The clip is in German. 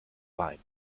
wein